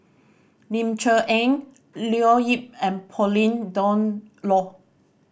Ling Cher Eng Leo Yip and Pauline Dawn Loh